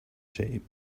sheep